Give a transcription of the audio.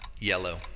Yellow